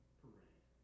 parade